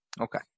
Okay